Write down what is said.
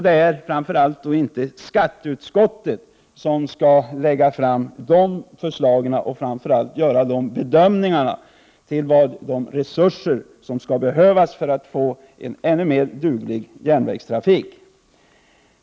Det är framför allt inte skatteutskottet som 37 skall lägga fram de förslagen eller göra bedömningarna när det gäller vilka resurser som kan behövas för att få en ännu bättre järnvägstrafik.